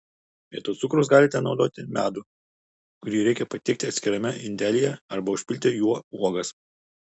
vietoj cukraus galite naudoti medų kurį reikia patiekti atskirame indelyje arba užpilti juo uogas